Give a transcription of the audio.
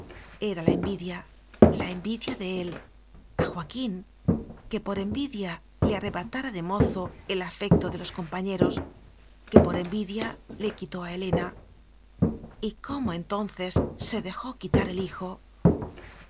era la envidia la envidia de él a joaquín que por envidia le arrebatara de mozo el afecto de los compañeros que por envidia le quitó a helena y cómo entonces se dejó quitar el hijo